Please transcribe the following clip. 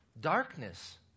darkness